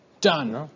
Done